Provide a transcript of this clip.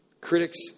Critics